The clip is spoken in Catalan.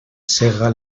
cega